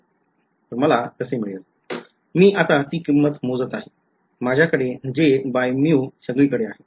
मी आता ती किंमत मोजत आहे माझ्याकडे सगळीकडे आहे